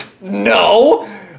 no